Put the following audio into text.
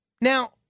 now